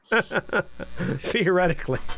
Theoretically